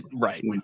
Right